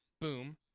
boom